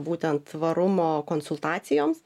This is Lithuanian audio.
būtent tvarumo konsultacijoms